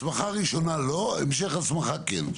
הסמכה ראשונה לא, המשך הסמכה כן.